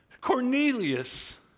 Cornelius